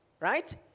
right